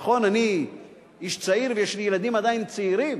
נכון, אני איש צעיר, ויש לי ילדים עדיין צעירים,